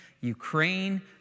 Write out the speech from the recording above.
Ukraine